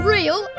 Real